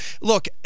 Look